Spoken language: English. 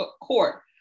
court